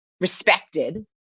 respected